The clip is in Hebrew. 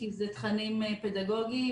-- כי אלה תכנים פדגוגיים,